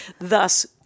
Thus